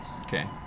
Okay